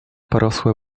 porosłe